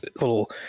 little